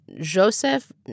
Joseph